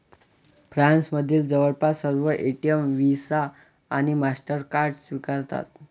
फ्रान्समधील जवळपास सर्व एटीएम व्हिसा आणि मास्टरकार्ड स्वीकारतात